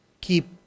keep